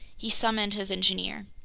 he summoned his engineer.